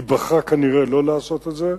היא בחרה כנראה לא לעשות את זה.